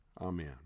Amen